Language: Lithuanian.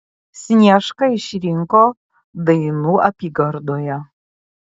sniešką išrinko dainų apygardoje